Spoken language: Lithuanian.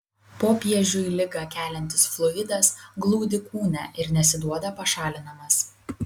popiežiui ligą keliantis fluidas glūdi kūne ir nesiduoda pašalinamas